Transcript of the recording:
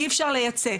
אי אפשר לייצא.